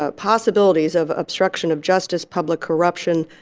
ah possibilities of obstruction of justice, public corruption,